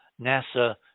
NASA